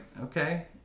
okay